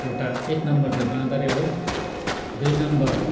एउटा एक नम्बर चाहिँ बाँदरै हो दुई नम्बर